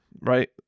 right